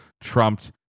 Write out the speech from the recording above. trumped